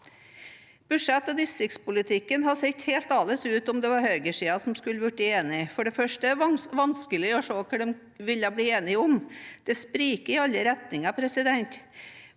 Budsjett- og distriktspolitikken hadde sett helt annerledes ut om det var høyresiden som skulle blitt enig. For det første er det vanskelig å se hva de ville blitt enige om – det spriker i alle retninger. For det